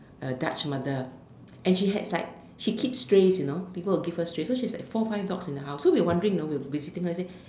a Dutch mother and she had like she keeps strays you know people will give her stray so she's like four five dogs in her house so we're wondering you know we sitting there and say